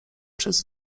przez